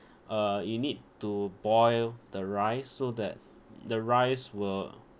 uh you need to boil the rice so that the rice will